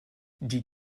die